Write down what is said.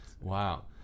Wow